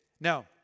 Now